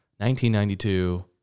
1992